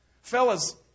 Fellas